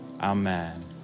Amen